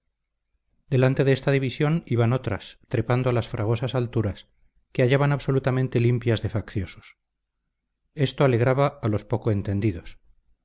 delante de esta división iban otras trepando a las fragosas alturas que hallaban absolutamente limpias de facciosos esto alegraba a los poco entendidos